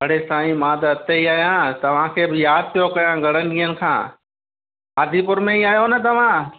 अरे साईं मां त इते ई आहियां तव्हां खे यादि पियो कयां घणनि ॾींहंनि खां आदिपुर में ई आयो न तव्हां